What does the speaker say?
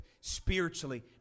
spiritually